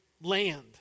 land